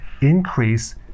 increase